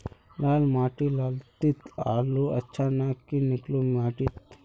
लाल माटी लात्तिर आलूर अच्छा ना की निकलो माटी त?